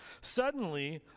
Suddenly